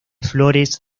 flores